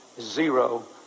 zero